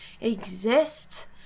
exist